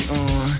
on